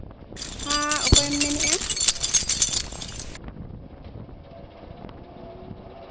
ᱦᱮᱸ ᱚᱠᱚᱭᱮᱢ ᱢᱮᱱᱮᱫᱼᱟ